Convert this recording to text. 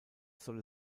soll